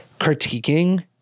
Critiquing